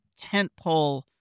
tentpole